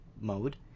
Mode